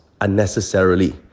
unnecessarily